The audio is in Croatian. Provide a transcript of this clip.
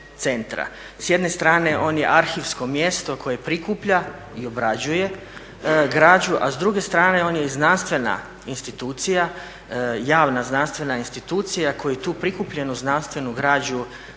S jedne strane on je arhivsko mjesto koje prikuplja i obrađuje građu, a s druge strane on je i znanstvena institucija javna znanstvena institucija koju tu prikupljenu znanstvenu građu